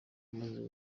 imaze